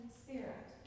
spirit